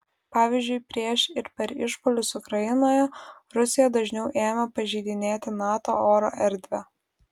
pavyzdžiui prieš ir per išpuolius ukrainoje rusija dažniau ėmė pažeidinėti nato oro erdvę